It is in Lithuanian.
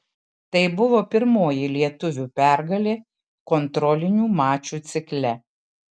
tai buvo pirmoji lietuvių pergalė kontrolinių mačų cikle